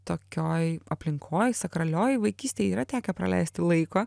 tokioj aplinkoj sakralioj vaikystėj yra tekę praleisti laiko